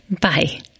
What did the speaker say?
Bye